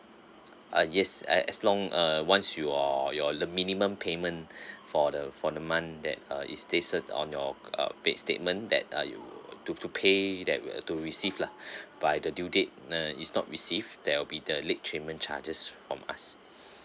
ah yes uh as long uh once your your the minimum payment for the for the month that err is they said on your uh paid statement that uh you to to pay that we're to receive lah by the due date uh is not receive there will be there late paymet charges from us